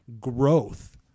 growth